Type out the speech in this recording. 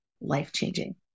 life-changing